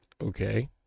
okay